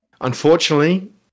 Unfortunately